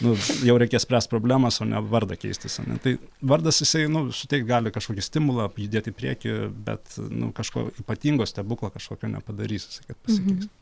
nu jau reikės spręst problemas o ne vardą keistis tai vardas jisai nu suteikt gali kažkokį stimulą judėt į priekį bet nu kažko ypatingo stebuklo kažkokio nepadarys jisai kad pasikeis